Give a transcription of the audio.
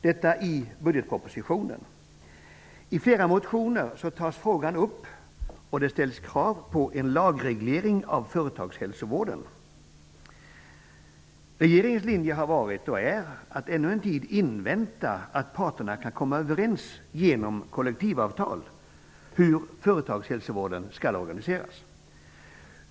Detta sägs i budgetpropositionen. I flera motioner tas frågan upp, och det ställs krav på en lagreglering av företagshälsovården. Regeringens linje har varit och är att ännu en tid invänta att parterna kan komma överens genom kollektivavtal om hur företagshälsovården skall organiseras.